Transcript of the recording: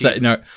no